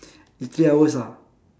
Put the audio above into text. the three hours ah